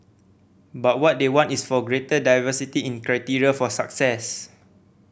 but what they want is for a greater diversity in criteria for success